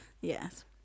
Yes